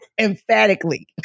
Emphatically